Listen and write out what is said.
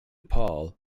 paul